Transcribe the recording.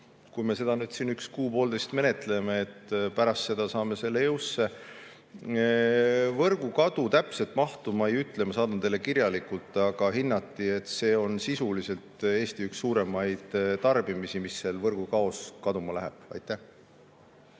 Kui me seda siin kuu-poolteist menetleme, [siis] pärast seda saame jõusse. Võrgukao täpset mahtu ma ei ütle, ma saadan teile kirjalikult. Aga hinnati, et see on sisuliselt Eesti üks suuremaid tarbimisi, mis seal võrgus kaduma läheb. No